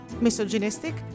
misogynistic